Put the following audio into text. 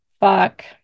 fuck